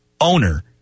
owner